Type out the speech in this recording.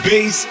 Bass